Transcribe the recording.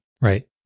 Right